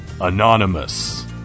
Anonymous